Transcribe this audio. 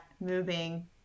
moving